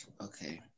Okay